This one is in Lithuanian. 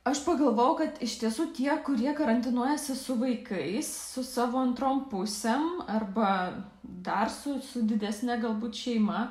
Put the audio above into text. aš pagalvojau kad iš tiesų tie kurie karantinuojasi su vaikais su savo antrom pusėm arba dar su su didesne galbūt šeima